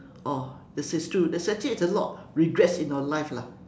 oh this is true there's actually it's a lot of regrets in our life lah